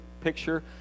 picture